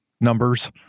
numbers